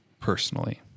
personally